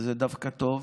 אז זה דווקא טוב.